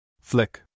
Flick